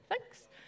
thanks